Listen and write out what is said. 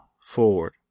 forward